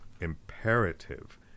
imperative